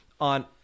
on